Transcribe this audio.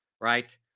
right